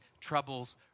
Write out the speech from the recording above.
troubles